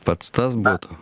pats tas būtų